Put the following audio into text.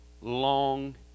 long